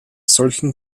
solchen